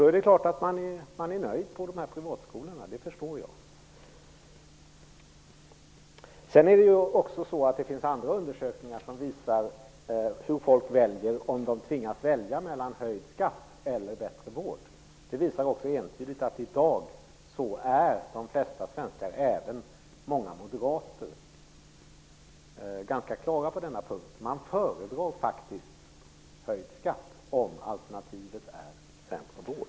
Då är man nöjd på privatskolorna, det förstår jag. Det finns andra undersökningar som visar hur folk väljer om de tvingas välja mellan höjd skatt och bättre vård. Det visar entydigt att de flesta svenskar i dag, även många moderater, är ganska klara på den punkten: Man föredrar faktiskt höjd skatt om alternativet är sämre vård.